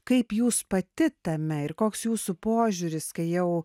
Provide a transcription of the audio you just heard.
kaip jūs pati tame ir koks jūsų požiūris kai jau